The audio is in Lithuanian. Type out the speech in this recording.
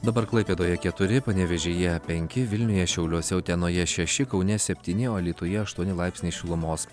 dabar klaipėdoje keturi panevėžyje penki vilniuje šiauliuose utenoje šeši kaune septyni o alytuje aštuoni laipsniai šilumos